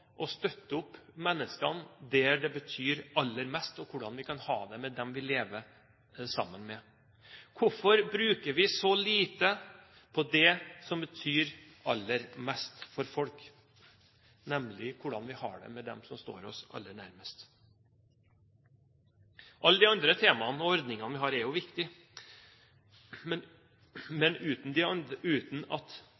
hvordan vi har det med dem vi lever sammen med? Hvorfor bruker vi så lite på det som betyr aller mest for folk, nemlig hvordan vi har det med dem som står oss aller nærmest? Alle de andre temaene og ordningene vi har, er jo viktige, men